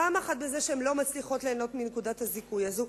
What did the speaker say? פעם אחת בזה שהן לא מצליחות ליהנות מנקודת הזיכוי הזו,